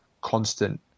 constant